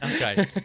Okay